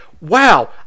wow